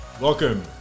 welcome